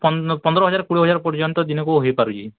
ପନ୍ଦର ହଜାର କୋଡ଼ିଏ ହଜାର ପର୍ଯ୍ୟନ୍ତ ଦିନକୁ ହେଇ ପାରୁଛି